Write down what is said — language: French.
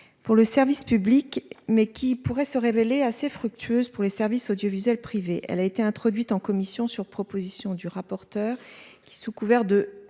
Pour le service public mais qui pourrait se révéler assez fructueuse pour les services audiovisuels privés. Elle a été introduite en commission sur proposition du rapporteur qui sous couvert de